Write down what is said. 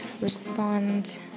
respond